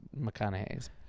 McConaughey's